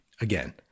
again